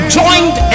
joined